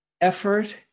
effort